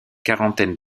quarantaine